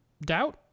doubt